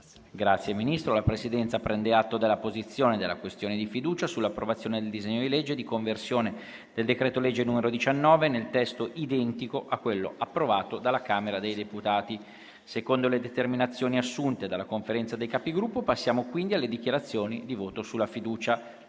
nuova finestra"). La Presidenza prende atto della posizione della questione di fiducia sull'approvazione del disegno di legge di conversione del decreto-legge n. 19, nel testo identico a quello approvato dalla Camera dei deputati. Secondo le determinazioni assunte dalla Conferenza dei Capigruppo, si passerà direttamente alle dichiarazioni di voto. Passiamo